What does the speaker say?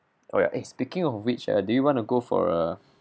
oh ya eh speaking of which uh do you want to go for a